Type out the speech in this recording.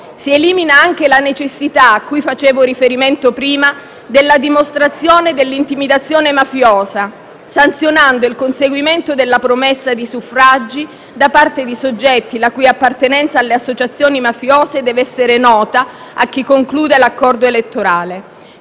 Si elimina anche la necessità, a cui facevo riferimento prima, della dimostrazione dell'intimidazione mafiosa, sanzionando il conseguimento della promessa di suffragi da parte di soggetti la cui appartenenza alle associazioni mafiose deve essere nota a chi conclude l'accordo elettorale.